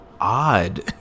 odd